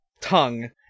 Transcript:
tongue